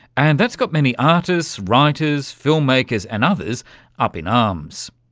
and that's got many artists, writers, film-makers and others up in arms.